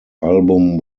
album